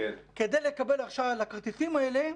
כדי לקבל הרשאה לכרטיסים האלה,